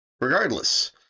Regardless